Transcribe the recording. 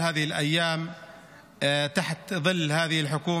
בימים אלו בצל הממשלה הזו,